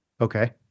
Okay